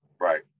Right